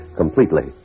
completely